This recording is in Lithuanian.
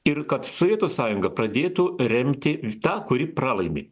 ir kad sovietų sąjunga pradėtų remti tą kuri pralaimi